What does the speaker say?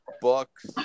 books